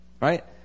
Right